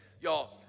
Y'all